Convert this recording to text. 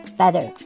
better